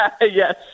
Yes